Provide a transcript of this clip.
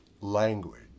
language